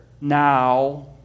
now